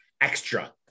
extra